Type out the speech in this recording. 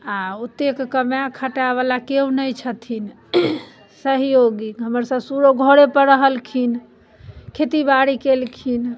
आ ओतेक कमाइत खटाइत बला केओ नहि छथिन सहयोगी हमर ससुरो घरे पर रहलखिन खेती बारी केलखिन